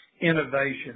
innovation